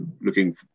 looking